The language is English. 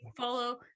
follow